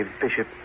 Bishop